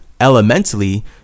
elementally